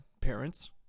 Parents